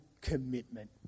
commitment